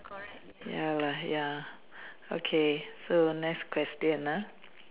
ya lah ya okay so next question ya